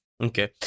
Okay